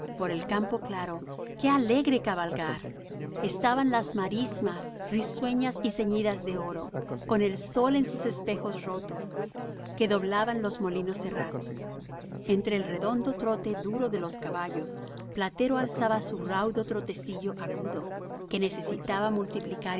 por el campo claro qué alegre cabalgar estaban las marismas risueñas y ceñidas de oro con el sol en sus espejos rotos que doblaban los molinos cerrados entre el redondo trote duro de los caballos platero alzaba su raudo trotecillo agudo que necesitaba multiplicar